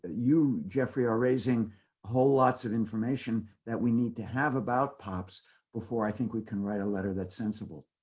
you jeffrey are raising whole lots of information that we need to have about pops before i think we can write a letter that sensible.